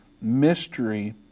Mystery